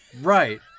Right